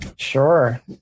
Sure